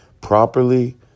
properly